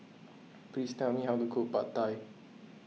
please tell me how to cook Pad Thai